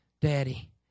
Daddy